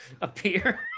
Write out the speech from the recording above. appear